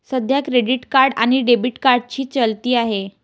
सध्या credit card आणि debit कार्डची चलती आहे